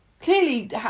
Clearly